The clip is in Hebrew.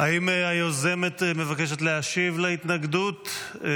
האם היוזמת מבקשת להשיב להתנגדות?